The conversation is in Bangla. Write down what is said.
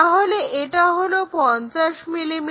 তাহলে এটা হলো 50 mm